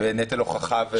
בנטל הוכחה.